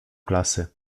klasy